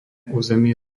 územie